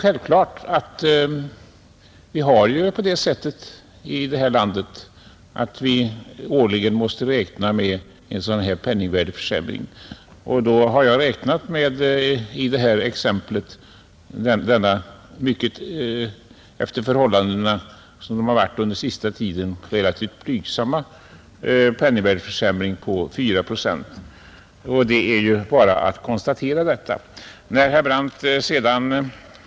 Men vi har det ju ordnat så här i landet att vi måste räkna med en sådan årlig penningvärdeförsämring. Jag har i mitt exempel räknat med den efter den senaste tidens mått mycket blygsamma försämringen 4 procent. Det är bara att konstatera den saken.